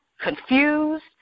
confused